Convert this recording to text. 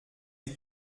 est